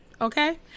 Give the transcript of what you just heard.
Okay